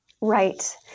right